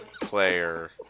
player